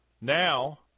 Now